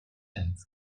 and